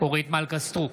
אורית מלכה סטרוק,